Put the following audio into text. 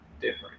different